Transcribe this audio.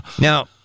now